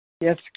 Yes